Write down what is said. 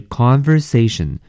conversation